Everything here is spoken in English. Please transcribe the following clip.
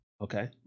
okay